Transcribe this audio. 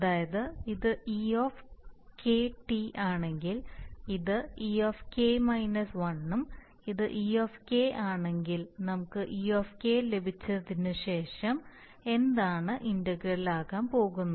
അതായത് ഇത് e ആണെങ്കിൽ ഇത് ek 1 ഉം ഇത് ek ആണെങ്കിൽ നമുക്ക് ek ലഭിച്ചതിനുശേഷം എന്താണ് ഇന്റഗ്രൽ ആകാൻ പോകുന്നത്